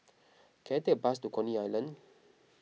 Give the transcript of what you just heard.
can I take a bus to Coney Island